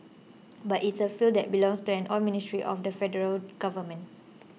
but it's a field that belongs to an Oil Ministry of the Federal Government